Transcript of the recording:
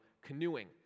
canoeing